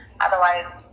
otherwise